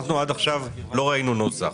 ואנחנו עד עכשיו לא ראינו נוסח.